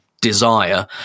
desire